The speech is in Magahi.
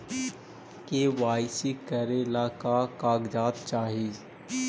के.वाई.सी करे ला का का कागजात चाही?